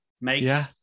Makes